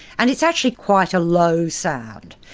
and it's actually quite a low sound.